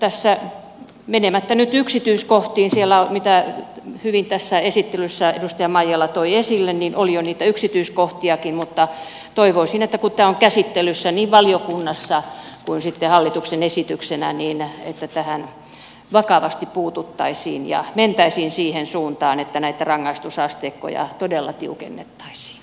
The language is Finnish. tässä menemättä nyt yksityiskohtiin siellä minkä tässä esittelyssä edustaja maijala toi hyvin esille oli jo niitä yksityiskohtiakin toivoisin että kun tämä on käsittelyssä niin valiokunnassa kuin sitten hallituksen esityksenä tähän vakavasti puututtaisiin ja mentäisiin siihen suuntaan että näitä rangaistusasteikkoja todella tiukennettaisiin